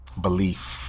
Belief